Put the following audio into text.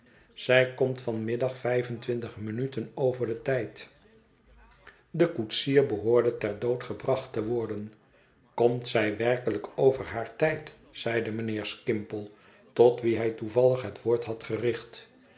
zij komt van middag vijf en twintig minuten over den tijd de koetsier behoorde ter dood gebracht te worden komt zij werkelijk over haar tijd zeide mijnheer skimpole tot wien hij toevallig het woord had gericht